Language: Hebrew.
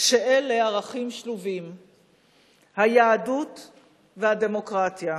שאלה ערכים שלובים, היהדות והדמוקרטיה.